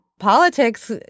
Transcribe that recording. politics